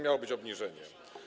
Miało być obniżenie.